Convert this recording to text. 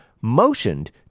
motioned